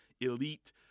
elite